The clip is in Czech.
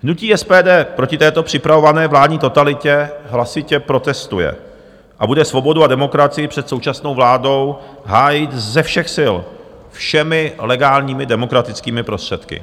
Hnutí SPD proti této připravované vládní totalitě hlasitě protestuje a bude svobodu a demokracii před současnou vládou hájit ze všech sil, všemi legálními demokratickými prostředky.